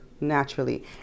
naturally